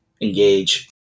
engage